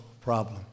problem